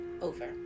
over